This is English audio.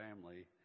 family